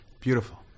beautiful